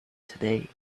today